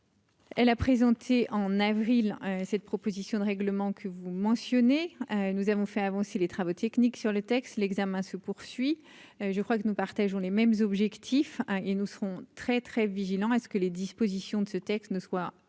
Elle a présenté en avril, cette proposition de règlement que vous mentionnez, nous avons fait avancer les travaux techniques sur le texte, l'examen se poursuit, je crois que nous partageons les mêmes objectifs et nous serons très très vigilant à ce que les dispositions de ce texte ne soit pas